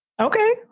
Okay